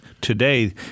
today